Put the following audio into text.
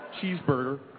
cheeseburger